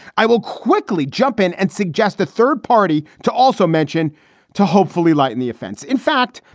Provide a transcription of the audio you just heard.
i will quickly jump in and suggest a third party to also mentioned to hopefully lighten the offense. in fact,